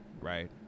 Right